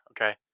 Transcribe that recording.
okay